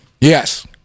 Yes